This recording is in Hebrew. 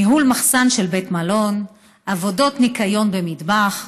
ניהול מחסן של בית מלון, עבודות ניקיון במטבח,